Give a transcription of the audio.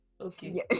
okay